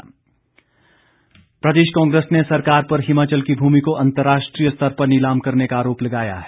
कांग्रेस प्रदेश कांग्रेस ने सरकार पर हिमाचल की भूमि को अंतर्राष्ट्रीय स्तर पर नीलाम करने का आरोप लगाया है